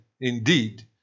indeed